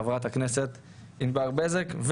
חברת הכנסת ענבר בזק,